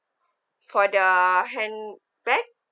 for the handbag